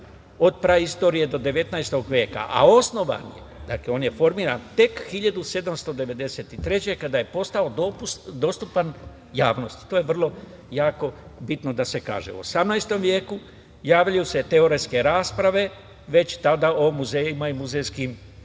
od praistorije do 19. veka. Osnovan je, formiran tek 1793. kada je postao dostupan javnosti. To je vrlo jako bitno da se kaže.U 18. veku javljaju se teoretske rasprave, već tada o muzejima i muzejskim